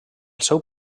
seu